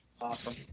awesome